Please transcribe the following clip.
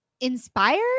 Inspire